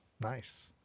Nice